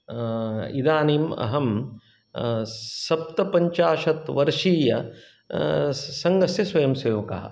इदानीम् अहं सप्तपञ्चाशत् वर्षीय सङ्घस्य स्वयं सेवकः